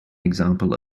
example